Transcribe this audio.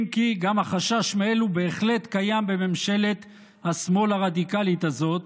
אם כי גם החשש מאלו בהחלט קיים עם ממשלת השמאל הרדיקלית הזאת,